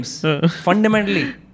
Fundamentally